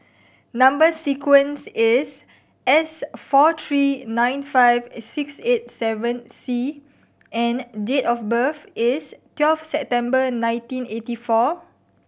number sequence is S four three nine five six eight seven C and date of birth is twelve September nineteen eighty four